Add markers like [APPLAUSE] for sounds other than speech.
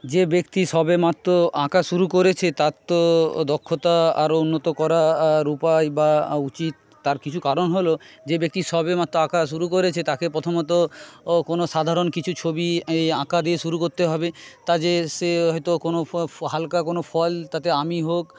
যে ব্যাক্তি সবে মাত্র আঁকা শুরু করেছে তার তো দক্ষতা আরো উন্নত করার উপায় বা উচিৎ তার কিছু কারণ হল যে ব্যাক্তি সবে মাত্র আঁকা শুরু করেছে তাকে প্রথমত কোনো সাধারণ কিছু ছবি আঁকা দিয়ে শুরু করতে হবে তা যে সে হয়তো কোনো [UNINTELLIGIBLE] হালকা কোনো ফল তাতে আমই হোক